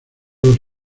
los